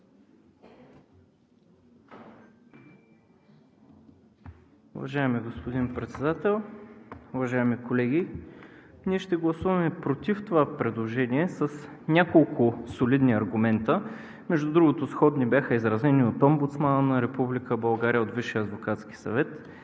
Уважаеми господин Председател, уважаеми колеги! Ние ще гласуваме „против“ това предложение с няколко солидни аргумента. Между другото сходни бяха изразени от Омбудсмана на Република